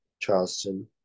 Charleston